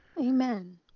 Amen